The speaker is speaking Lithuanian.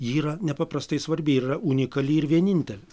ji yra nepaprastai svarbi ir yra unikali ir vienintelė